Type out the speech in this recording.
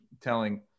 telling